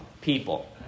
people